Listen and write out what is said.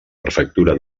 prefectura